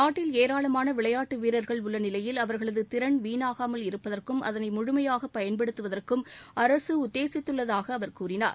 நாட்டில் ஏராளமான விளையாட்டு வீரர்கள் உள்ள நிலையில் அவர்களது திறன் வீணாகாமல் இருப்பதற்கும் அதனை முழுமையாக பயன்படுத்துவதற்கும் அரசு உத்தேசித்துள்ளதாக அவர் கூறினார்